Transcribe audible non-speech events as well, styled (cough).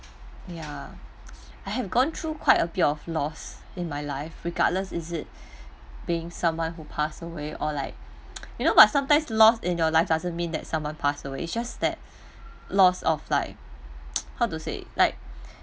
ya I have gone through quite a bit of loss in my life regardless is it being someone who passed away or like (noise) you know but sometimes loss in your life doesn't mean that someone passed away is just that loss of like (noise) how to say like